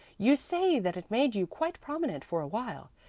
you say that it made you quite prominent for a while.